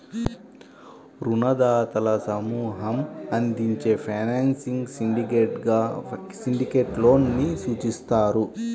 రుణదాతల సమూహం అందించే ఫైనాన్సింగ్ సిండికేట్గా సిండికేట్ లోన్ ని సూచిస్తారు